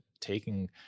taking